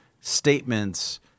statements